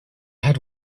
had